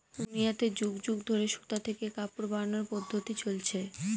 দুনিয়াতে যুগ যুগ ধরে সুতা থেকে কাপড় বানানোর পদ্ধপ্তি চলছে